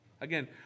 Again